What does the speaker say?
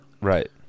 Right